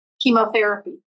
chemotherapy